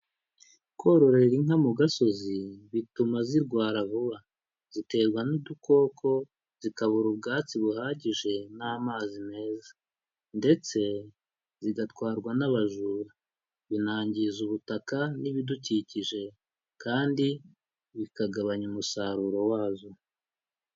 Kororera inka mu gasozi bituma zirwara vuba, ziterwa n'udukoko, zikabura ubwatsi buhagije n'amazi meza, ndetse zigatwarwa n'abajura, binangiza ubutaka n'ibidukikije, kandi bikagabanya umusaruro wazo.